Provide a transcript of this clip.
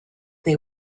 they